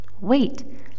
Wait